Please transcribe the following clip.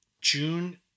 June